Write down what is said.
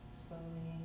slowly